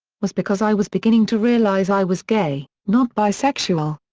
was because i was beginning to realise i was gay, not bisexual.